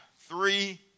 three